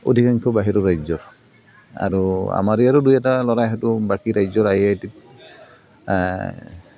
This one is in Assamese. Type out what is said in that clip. অধিকাংশ বাহিৰৰ ৰাজ্যৰ আৰু আমাৰ ইয়াৰো দুই এটা ল'ৰা সেইতু বাকী ৰাজ্যৰ আই আ আই টি